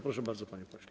Proszę bardzo, panie pośle.